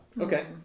Okay